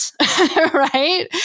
Right